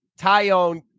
Tyone